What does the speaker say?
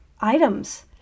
items